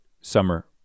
summer